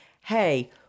hey